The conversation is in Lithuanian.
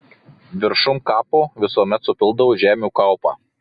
viršum kapo visuomet supildavo žemių kaupą